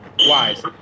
Wise